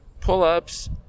pull-ups